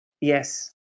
Yes